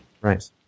Right